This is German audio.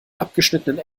abgeschnittenen